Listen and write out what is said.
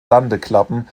landeklappen